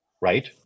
right